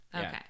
Okay